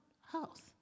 house